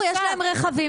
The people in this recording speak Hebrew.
יש להם רכבים,